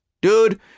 dude